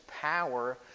power